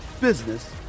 business